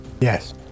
Yes